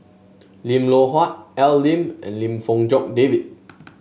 Lim Loh Huat Al Lim and Lim Fong Jock David